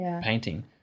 painting